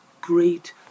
great